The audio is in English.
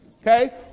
Okay